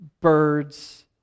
birds